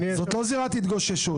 זו לא זירת התגוששות.